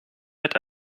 mit